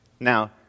Now